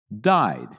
died